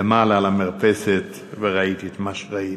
למעלה על המרפסת וראיתי את מה שראיתי.